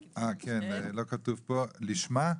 כן, לא כתוב פה, 'לשמה'?